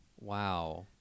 Wow